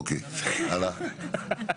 אוקיי, הלאה.